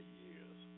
years